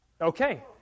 okay